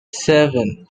seven